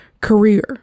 career